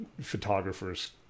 photographers